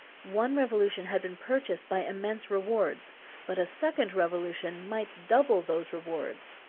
one revolution had been purchased by immense rewards but a second revolution might double those rewards.